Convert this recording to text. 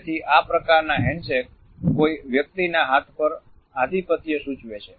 તેથી આ પ્રકારના હેન્ડશેક કોઈ વ્યક્તિના હાથ પર આધિપત્ય સૂચવે છે